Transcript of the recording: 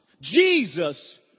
Jesus